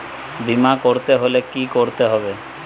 বিমা করতে হলে কি করতে হবে?